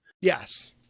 Yes